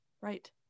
Right